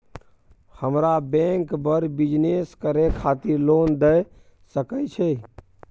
हमरा बैंक बर बिजनेस करे खातिर लोन दय सके छै?